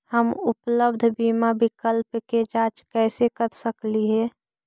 हम उपलब्ध बीमा विकल्प के जांच कैसे कर सकली हे?